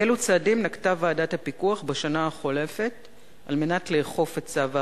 אילו צעדים נקטה ועדת הפיקוח בשנה החולפת על מנת לאכוף את צו ההרחבה?